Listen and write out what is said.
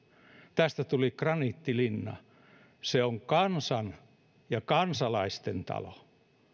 tästä tuli graniittilinna se on kansan ja kansalaisten talo